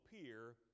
appear